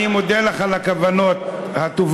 אני מודה לך על הכוונות הטובות,